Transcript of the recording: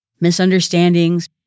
Misunderstandings